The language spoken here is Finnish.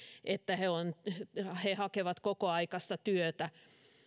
että he hakevat kokoaikaista työtä